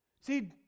see